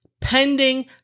pending